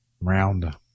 Round